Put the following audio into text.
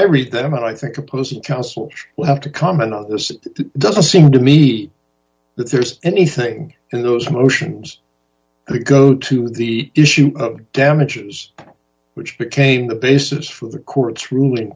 i read them and i think opposing counsel will have to comment on this it doesn't seem to me that there's anything in those motions to go to the issue of damages which became the basis for the court's ruling